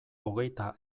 hogeita